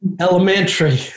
elementary